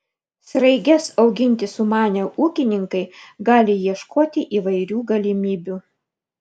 sraiges auginti sumanę ūkininkai gali ieškoti įvairių galimybių